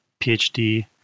PhD